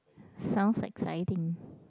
sounds exciting